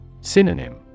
Synonym